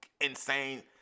insane